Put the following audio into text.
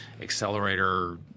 Accelerator